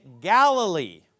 Galilee